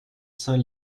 saint